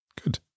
Good